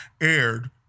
aired